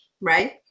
right